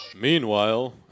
meanwhile